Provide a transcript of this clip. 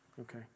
Okay